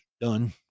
done